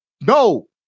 No